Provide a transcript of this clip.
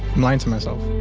lying to myself.